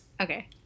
Okay